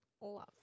love